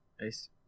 Nice